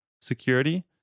Security